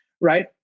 right